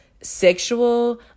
sexual